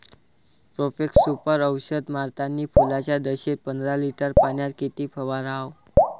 Profex Super औषध मारतानी फुलाच्या दशेत पंदरा लिटर पाण्यात किती फवाराव?